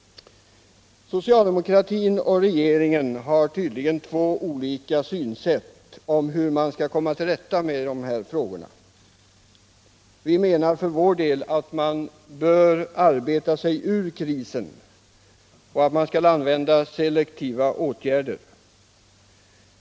Socialdemokratin och regeringen har tydligen olika synsätt när det gäller hur vi skall komma till rätta med dessa problem. Vi menar för vår del att man bör arbeta sig ur krisen och då använda selektiva åtgärder.